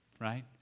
Right